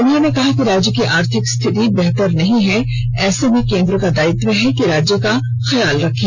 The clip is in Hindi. उन्होंने कहा कि राज्य की आर्थिक स्थिति बेहतर नहीं है ऐसे में केंद्र का दायित्व है कि राज्य का ख्याल रखें